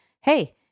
Hey